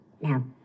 Now